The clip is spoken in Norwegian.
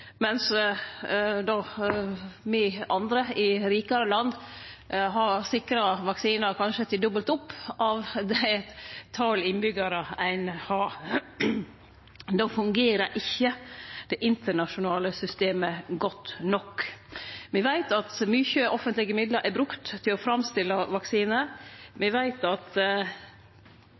me andre, i rikare land, har sikra vaksinar til kanskje dobbelt opp av det talet innbyggjarar ein har. Då fungerer ikkje det internasjonale systemet godt nok. Me veit at mykje offentlege midlar er brukte til å framstille vaksinar, og me veit at